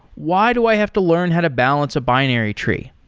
why do i have to learn how to balance a binary tree?